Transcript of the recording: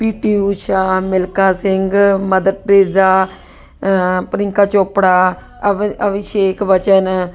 ਪੀ T Usha Milkha Singh Mother Teresa Priyanka Chopra ਅਵ ਅਵਿਸ਼ੇਕ ਬਚਨ